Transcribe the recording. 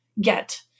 get